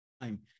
time